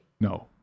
No